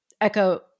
Echo